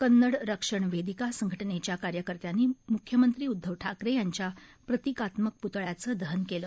कन्नड रक्षण वेदिका संघटनेच्या कार्यकर्त्यांनी मुख्यमंत्री उद्दव ठाकरे यांच्या प्रतीकात्मक पुतळ्याचं दहन केलं